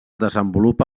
desenvolupa